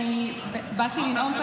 באתי לנאום,